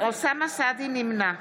נמנע